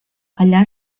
allà